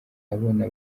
abona